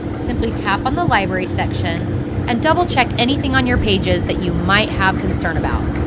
simply tap on the library section and double-check anything on your pages that you might have concern about.